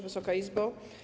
Wysoka Izbo!